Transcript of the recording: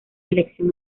elección